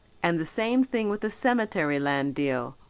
and the same thing with the cemetery land deal,